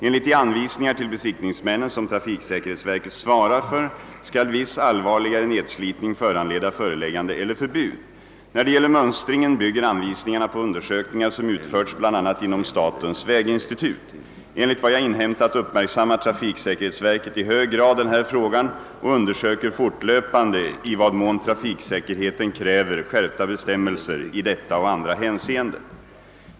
Enligt de anvisningar till besiktningsmännen som trafiksäkerhetsverket svarar för skall viss allvarligare nedslitning föranleda föreläggande eller förbud. När det gäller mönstringen bygger anvisningarna på undersökningar som utförts bl.a. inom statens väginstitut. Enligt vad jag inhämtat uppmärksammar trafiksäkerhetsverket i hög grad den här frågan och undersöker fortlöpande i vad mån trafiksäkerheten kräver skärpta bestämmelser i detta och andra hänseenden.